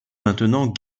maintenant